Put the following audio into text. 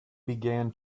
began